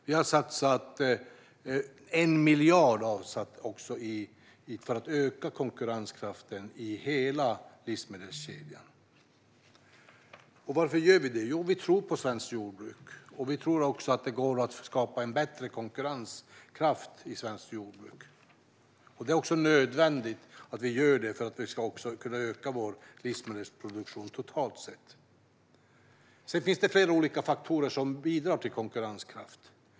Vi har satsat 1 miljard för att öka konkurrenskraften i hela livsmedelskedjan. Varför gör vi det? Jo, vi tror på svenskt jordbruk. Vi tror också att det går att skapa en bättre konkurrenskraft i svenskt jordbruk. Det är också nödvändigt att vi gör det för att vi ska kunna öka vår livsmedelsproduktion totalt sett. Sedan finns det flera olika faktorer som bidrar till konkurrenskraften.